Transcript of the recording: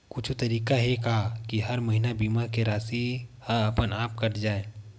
कुछु तरीका हे का कि हर महीना बीमा के राशि हा अपन आप कत जाय?